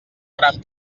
faran